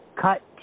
Cut